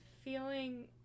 feeling